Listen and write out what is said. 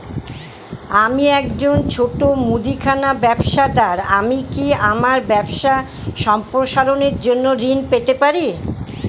আমি একজন ছোট মুদিখানা ব্যবসাদার আমি কি আমার ব্যবসা সম্প্রসারণের জন্য ঋণ পেতে পারি?